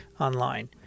online